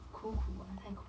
苦苦啊太苦